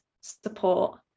support